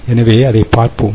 எனவே அதைப் பார்ப்போம்